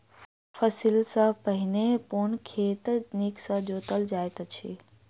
फसिल सॅ पहिने पूर्ण खेत नीक सॅ जोतल जाइत अछि